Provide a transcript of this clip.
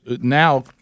now